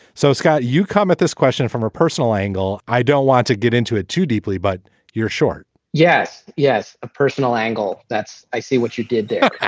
so, scott, you come at this question from a personal angle. i don't want to get into it too deeply, but your short yes, yes. a personal angle. that's i see what you did there.